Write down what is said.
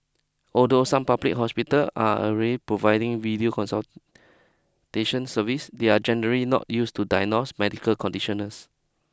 although some public hospital are already providing video consultation service they are generally not used to diagnose medical conditions